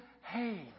hey